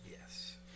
Yes